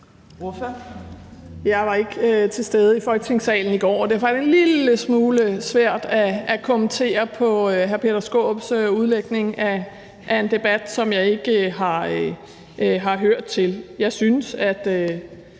Jeg var ikke til stede i Folketingssalen i går, og derfor er det en lille smule svært at kommentere på hr. Peter Skaarups udlægning af en debat, som jeg ikke har hørt. Jeg synes og